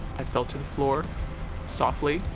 i fell to the floor softly